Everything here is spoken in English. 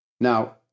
Now